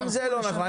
גם זה לא נכון.